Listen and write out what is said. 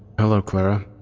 hello, clara.